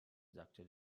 sagte